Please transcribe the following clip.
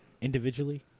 individually